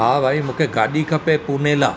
हा भाई मूंखे गाॾी खपे पूने लाइ